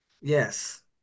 yes